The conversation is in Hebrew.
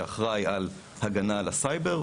שאחראי על ההגנה על הסייבר,